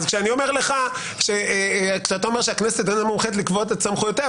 אז שכשאתה אומר שהכנסת איננה מומחית לקבוע את סמכויותיה,